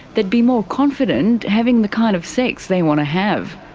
they'd be more confident having the kind of sex they want to have.